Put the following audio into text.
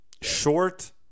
short